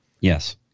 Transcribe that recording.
Yes